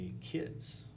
kids